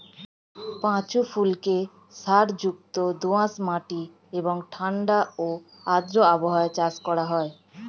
পাঁচু ফুলকে সারযুক্ত দোআঁশ মাটি এবং ঠাণ্ডা ও আর্দ্র আবহাওয়ায় চাষ করা হয়